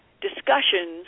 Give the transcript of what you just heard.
discussions